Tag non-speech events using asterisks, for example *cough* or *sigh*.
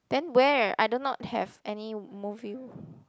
then where I do not have any movie *breath*